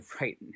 right